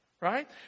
right